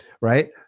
right